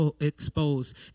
exposed